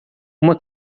uma